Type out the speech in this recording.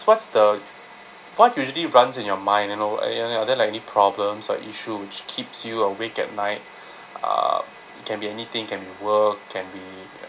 what's the what usually runs in your mind you know and are there like any problems or issues which keeps you awake at night uh it can be anything can be work can be